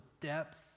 depth